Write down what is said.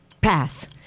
Pass